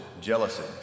jealousy